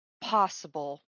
possible